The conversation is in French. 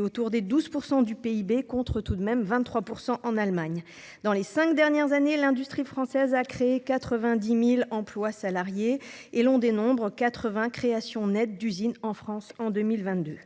autour de 12 % du PIB, alors que ce taux atteint 23 % en Allemagne. Durant les cinq dernières années, l'industrie française a créé 90 000 emplois salariés et l'on dénombre 80 créations nettes d'usines en France en 2022.